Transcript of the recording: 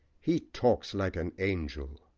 he talks like an angel,